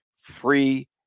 free